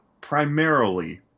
primarily